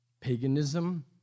Paganism